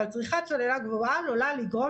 אבל צריכת סוללה גבוהה עלולה לגרום